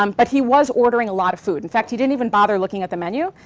um but he was ordering a lot of food. in fact, he didn't even bother looking at the menu.